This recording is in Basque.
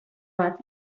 bat